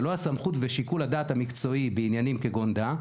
שלו הסמכות ושיקול הדעת המקצועי בעניינים כגון דא,